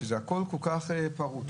כי זה הכול כל כך פרוץ,